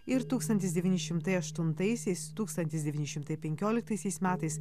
ir tūkstantis devyni šimtai aštuntaisiais tūkstantis devyni šimtai penkioliktaisiais metais